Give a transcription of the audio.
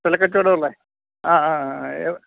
സ്ഥലക്കച്ചവടമുള്ള ആ ആ എഹ്